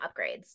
upgrades